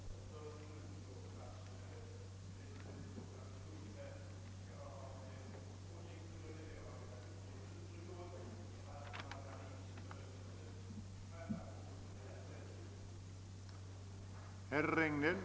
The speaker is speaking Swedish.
Att det har råkat bli en motion av herr Nordstrandh är beklagligt.